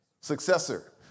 Successor